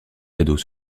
cadeaux